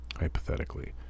hypothetically